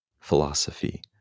philosophy